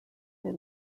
they